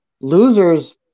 losers